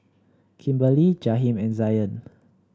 Kimberly Jaheem and Zion